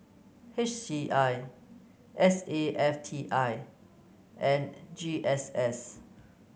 H C I S A F T I and G S S